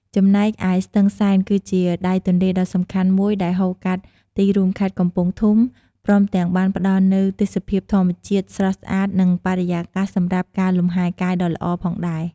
ចំណែកឯស្ទឹងសែន គឺជាដៃទន្លេដ៏សំខាន់មួយដែលហូរកាត់ទីរួមខេត្តកំពង់ធំ ព្រមទាំងបានផ្តល់នូវទេសភាពធម្មជាតិស្រស់ស្អាតនិងបរិយាកាសសម្រាប់ការលម្ហែកាយដ៏ល្អផងដែរ។